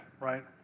right